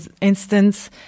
instance